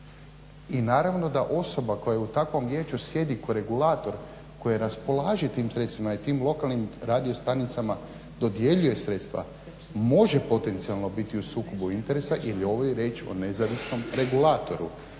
i naravno da osoba koja u takvom vijeću sjedi kao regulator, koja raspolaže tim sredstvima i tim lokalnim radiostanicama dodjeljuje sredstva, može potencijalno biti u sukobu interesa ili ovoj reći o nezavisnom regulatoru.